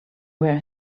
wear